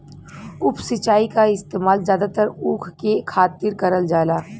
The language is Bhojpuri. उप सिंचाई क इस्तेमाल जादातर ऊख के खातिर करल जाला